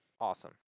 Awesome